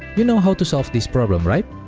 you know how to solve this problem, right?